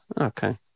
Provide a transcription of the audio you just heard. Okay